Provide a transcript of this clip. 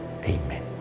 Amen